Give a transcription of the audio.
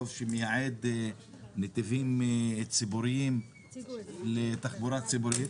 שמייעד נתיבים ציבוריים לתחבורה ציבורית,